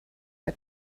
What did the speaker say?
but